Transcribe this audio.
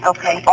Okay